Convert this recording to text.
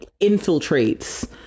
infiltrates